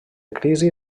crisi